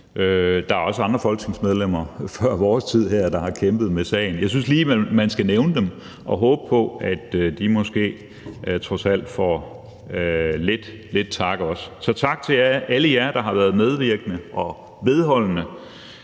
Der er også andre folketingsmedlemmer før vores tid, der har kæmpet med sagen. Jeg synes lige, at man skal nævne dem og håbe på, at de trods alt også får lidt tak. Så tak til alle jer, der har været medvirkende til og vedholdende